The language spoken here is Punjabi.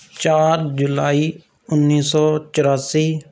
ਚਾਰ ਜੁਲਾਈ ਉੱਨੀ ਸੌ ਚੁਰਾਸੀ